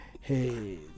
hey